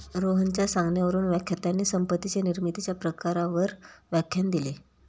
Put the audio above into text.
रोहनच्या सांगण्यावरून व्याख्यात्याने संपत्ती निर्मितीच्या प्रकारांवर व्याख्यान दिले